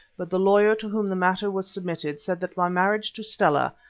but the lawyer to whom the matter was submitted said that my marriage to stella,